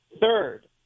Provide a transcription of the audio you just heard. Third